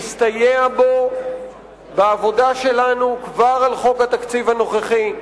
אנחנו נוכל להסתייע בו בעבודה שלנו כבר על חוק התקציב הנוכחי,